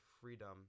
freedom